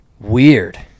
weird